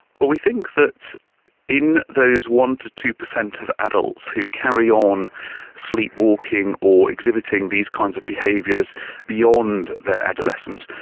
well, we think that in those one percent to two percent of adults who carry on sleepwalking or exhibiting these kinds of behaviours beyond their adolescence,